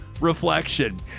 Reflection